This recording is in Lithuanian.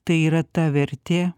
tai yra ta vertė